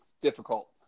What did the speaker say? difficult